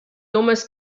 almost